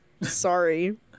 Sorry